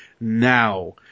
now